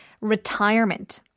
retirement